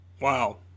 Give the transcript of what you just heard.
Wow